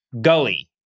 Gully